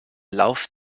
lauf